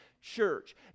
church